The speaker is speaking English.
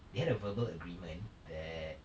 they had a verbal agreement that